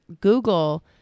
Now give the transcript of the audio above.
Google